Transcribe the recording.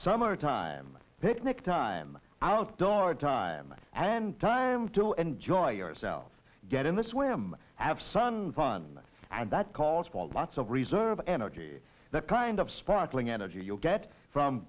summertime picnic time outdoor time and time to enjoy yourself get in the swim have sun fun and that calls for lots of reserve energy the kind of sparkling energy you get from